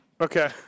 Okay